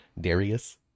Darius